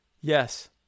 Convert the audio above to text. Yes